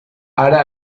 hara